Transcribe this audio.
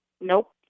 Nope